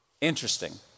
Interesting